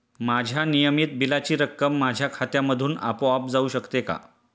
माझ्या नियमित बिलाची रक्कम माझ्या खात्यामधून आपोआप जाऊ शकते का?